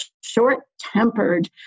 short-tempered